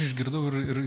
išgirdau ir ir